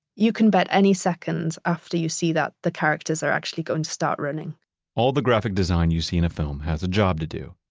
you can bet any seconds after you see that the characters are actually going to start running all the graphic design you see in a film has a job to do.